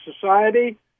society